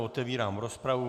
Otevírám rozpravu.